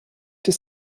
des